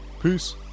Peace